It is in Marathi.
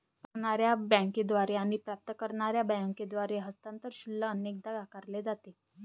पाठवणार्या बँकेद्वारे आणि प्राप्त करणार्या बँकेद्वारे हस्तांतरण शुल्क अनेकदा आकारले जाते